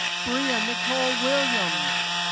bria nicole williams